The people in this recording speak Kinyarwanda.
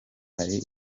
hari